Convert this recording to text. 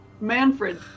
Manfred